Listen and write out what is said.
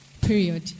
period